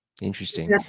interesting